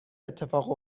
اتفاق